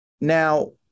Now